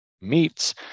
meats